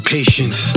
Patience